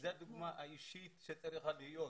זו הדוגמה האישית שצריכה להיות,